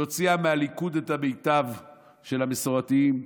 היא הוציאה מהליכוד את המיטב של המסורתיים.